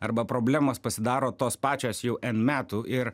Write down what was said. arba problemos pasidaro tos pačios jau n metų ir